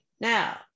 Now